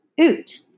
Oot